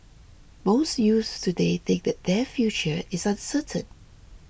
most youths today think that their future is uncertain